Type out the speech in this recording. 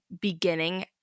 Beginning